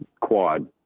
quad